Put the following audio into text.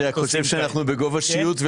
אני רק חושב שאנחנו בגובה שיוט,